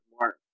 more